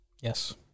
Yes